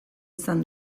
izan